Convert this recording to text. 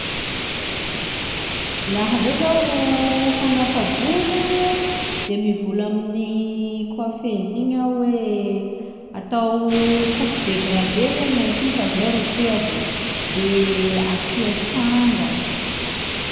Laha zaho zô ro hanapa-bolo de mivola amin'ny coiffeuse igny aho hoe atao coupe degradee lehy gnahy ty fa zay ro tiako, de asia sanga.